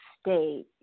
state